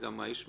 וגם האיש מקבל,